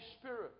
Spirit